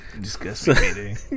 Disgusting